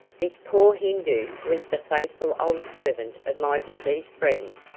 this poor hindoo was the faithful old servant of my deceased friend,